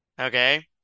okay